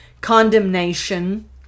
condemnation